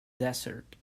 desert